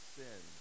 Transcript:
sin